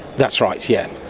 that's right, yes.